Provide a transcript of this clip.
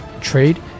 trade